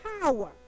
power